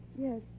Yes